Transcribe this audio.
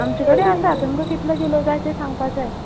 आमचे कडेन आसा तुमका कितलो किलो जाय तें सांगपाचें